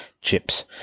chips